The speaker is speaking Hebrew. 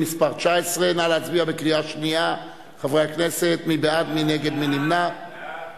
מסוים שהוא בעל השפעה פוליטית כזאת או